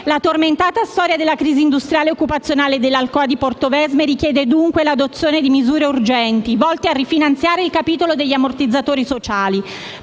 La tormentata storia della crisi industriale e occupazionale dell'Alcoa di Portovesme richiede dunque l'adozione di misure urgenti volte a rifinanziare il capitolo degli ammortizzatori sociali,